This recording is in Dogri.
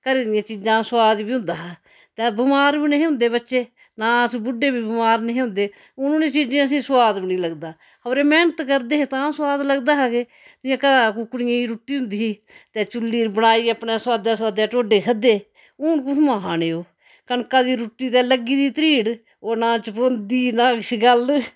घरै दियां चीजां सोआद बी होंदा हा ते बमार बी निहे होंदे बच्चे नां अस बुड्ढे बी बमार निहे होंदे हून उनें चीजे असें सोआद बी नेईं लगदा खबरै मैह्नत करदे हे तां सोआद लगदा हा के जेह्का कुकडियें दी रुट्टी होंदी ही ते चुल्ली'र बनाई अपनै ते सोआदे सोआदे टोडे खाद्धे हून कुत्थुआं खाने ओह् कनका दी रुट्टी ते लग्गी दी त्रीड ओह् नां चपोंदी नां किश गल्ल